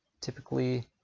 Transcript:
typically